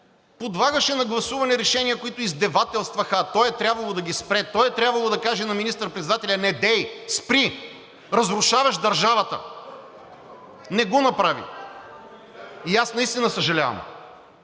подлагаше на гласуване решения, които издевателстваха, а той е трябвало да ги спре. Той е трябвало да каже на министър-председателя: „Недей! Спри! Разрушаваш държавата!“ Не го направи и аз наистина съжалявам.